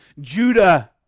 Judah